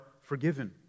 forgiven